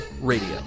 Radio